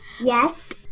Yes